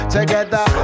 Together